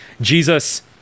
Jesus